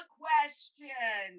question